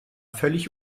völlig